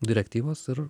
direktyvos ir